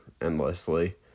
endlessly